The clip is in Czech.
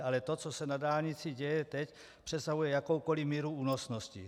Ale to, co se na dálnici děje teď, přesahuje jakoukoli míru únosnosti.